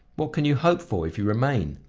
what can you hope for if you remain?